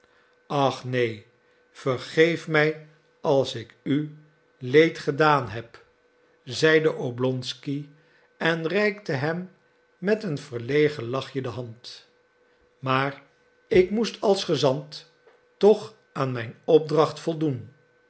ach neen vergeef mij als ik u leed gedaan heb zeide oblonsky en reikte hem met een verlegen lachje de hand maar ik moest als gezant toch aan mijn opdracht voldoen